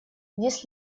есть